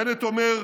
בנט אומר: